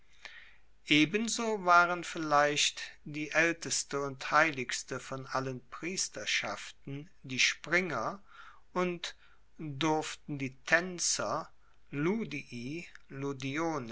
ebenso waren vielleicht die aelteste und heiligste von allen priesterschaften die springer und durften die taenzer